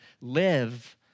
live